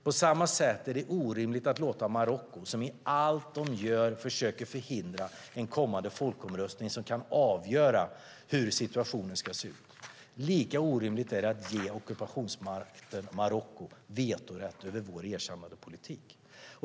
På samma sätt är det orimligt att ge Marocko, som i allt man gör försöker förhindra en folkomröstning som kan avgöra hur situationen ska se ut, vetorätt över vår erkännandepolitik.